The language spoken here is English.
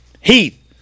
Heath